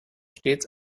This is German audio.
stets